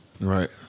Right